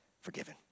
forgiven